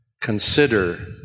Consider